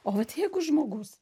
o vat jeigu žmogus